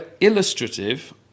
illustrative